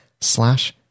slash